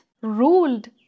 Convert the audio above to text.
ruled